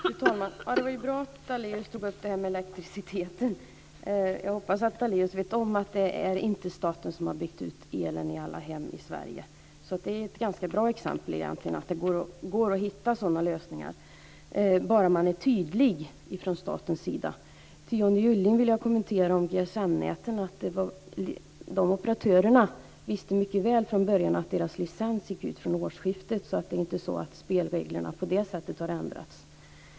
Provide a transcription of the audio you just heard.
Fru talman! Det var ju bra att Daléus tog upp det här med elektriciteten. Jag hoppas att Daléus vet om att det inte är staten som har byggt ut elen i alla hem i Sverige. Det är ett ganska bra exempel egentligen på att det går att hitta sådana här lösningar bara man är tydlig från statens sida. Till Johnny Gylling vill jag göra en kommentar om GSM-näten. De här operatörerna visste mycket väl från början att deras licens gick ut från årsskiftet. Det är inte så att spelreglerna har ändrats på det sättet.